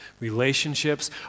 relationships